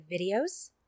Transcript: videos